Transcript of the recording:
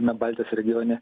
na baltijos regione